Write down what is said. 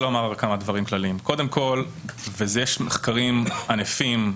קודם כול, בזה יש מחקרים ענפים,